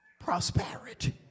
prosperity